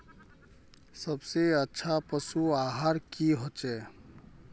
सबसे अच्छा पशु आहार की होचए?